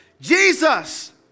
Jesus